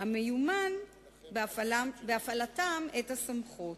המיומן בהפעלתם, את הסמכות.